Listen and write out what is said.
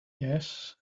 yes